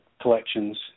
collections